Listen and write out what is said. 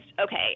okay